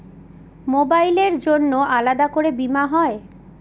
মোবাইলের জন্য আলাদা করে বীমা হয়?